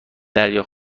دریا